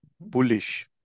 bullish